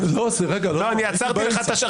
הייתי באמצע.